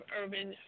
urban